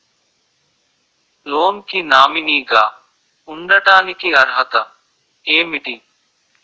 Loan కి nominee గా ఉండటానికి అర్హత ఏమిటి?